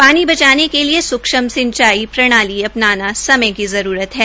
पानी बचाने के लिये सूक्षम सिंचाई प्रणाली अपनाना समय की जरूरत है